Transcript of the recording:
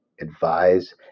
advise